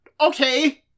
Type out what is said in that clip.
Okay